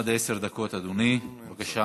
עד עשר דקות, אדוני, בבקשה.